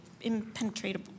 impenetrable